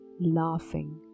laughing